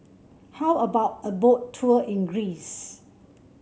how about a Boat Tour in Greece